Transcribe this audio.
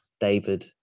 David